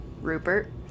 Rupert